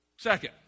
Second